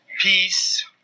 peace